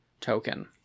token